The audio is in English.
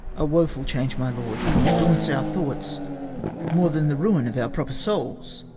a woful change, my lord, that daunts our thoughts more than the ruin of our proper souls!